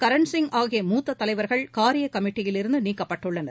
கரண்சிங் ஆகிய மூத்த தலைவர்கள் காரியக் கமிட்டியிலிருந்து நீக்கப்பட்டுள்ளனர்